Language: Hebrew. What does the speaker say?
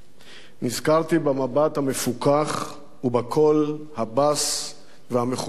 נזכרתי במבט המפוכח ובקול הבס המחוספס.